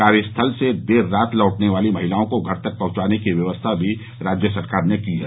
कार्यस्थल से देर रात लौटने वाली महिलाओं को घर तक पहुंचाने की व्यवस्था भी राज्य सरकार ने की है